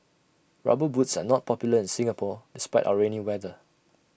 rubber boots are not popular in Singapore despite our rainy weather